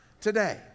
today